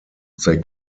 they